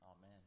Amen